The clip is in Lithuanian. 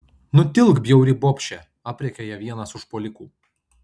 nutilk bjauri bobše aprėkia ją vienas užpuolikų